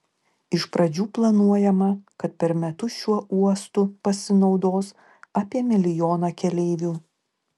iš pradžių planuojama kad per metus šiuo uostu pasinaudos apie milijoną keleivių